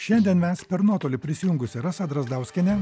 šiandien mes per nuotolį prisijungusi rasa drazdauskienė